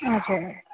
हजुर